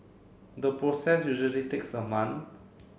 the process usually takes a month